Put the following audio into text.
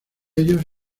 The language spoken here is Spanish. ellos